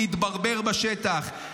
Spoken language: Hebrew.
להתברבר בשטח.